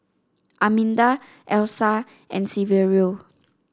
Arminda Elsa and Saverio